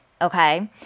okay